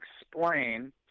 explain